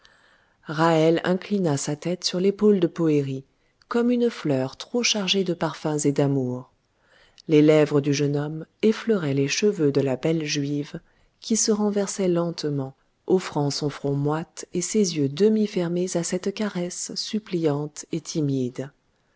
inclina sa tête sur l'épaule de poëri comme une fleur trop chargée de parfums et d'amour les lèvres du jeune homme effleuraient les cheveux de la belle juive qui se renversait lentement offrant son front moite et ses yeux demi fermés à cette caresse suppliante et timide